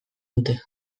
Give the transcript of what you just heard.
dute